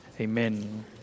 Amen